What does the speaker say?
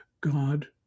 God